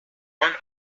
one